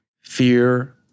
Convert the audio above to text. fear